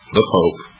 the pope,